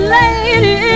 lady